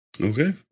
Okay